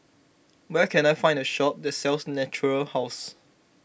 where can I find a shop that sells Natura House